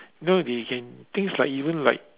you know they can things like even like